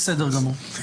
בסדר גמור.